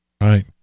Right